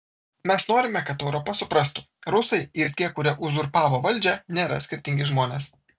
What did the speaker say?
mes norime kad europa suprastų rusai ir tie kurie uzurpavo valdžią nėra skirtingi žmonės